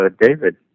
David